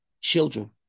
children